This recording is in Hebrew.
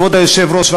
כבוד היושב-ראש,